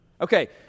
Okay